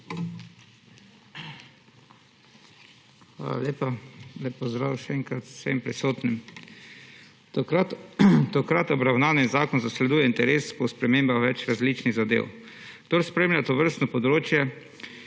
Hvala lepa. Lep pozdrav še enkrat vsem prisotnim! Tokrat obravnavani zakon zasleduje interes po spremembah več različnih zadev. Kdor spremlja tovrstno področje,